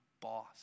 boss